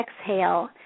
exhale